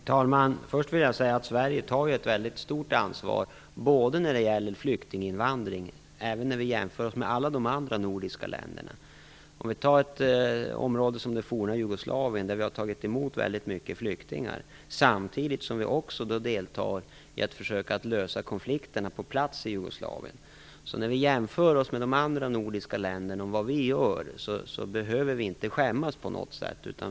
Herr talman! Först vill jag säga att Sverige tar ett väldigt stort ansvar när det gäller flyktinginvandringen, även jämfört med alla de andra nordiska länderna. Vi har tagit emot väldigt många flyktingar från det forna Jugoslavien. Samtidigt deltar vi i att försöka lösa konflikterna på plats i Jugoslavien. När vi jämför oss med de andra nordiska länderna behöver vi inte skämmas på något sätt.